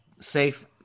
safe